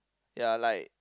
ya like